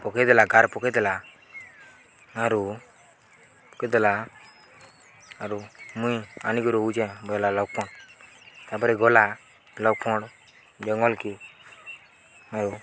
ପକେଇଦେଲା ଗାର୍ ପକେଇଦେଲା ଆରୁ ପକେଇଦେଲା ଆରୁ ମୁଇଁ ଆନିିକରି ଆଉଛେଁ ବୋଇଲା ଲକ୍ଷ୍ମଣ ତାପରେ ଗଲା ଲକ୍ଷ୍ମଣ ଜଙ୍ଗଲକେ ଆଉ